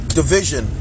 division